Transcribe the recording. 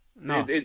no